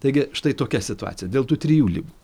taigi štai tokia situacija dėl tų trijų ligų